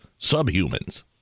subhumans